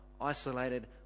isolated